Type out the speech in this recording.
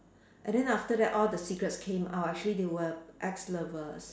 and then after that all the secrets came out actually they were ex-lovers